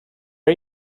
are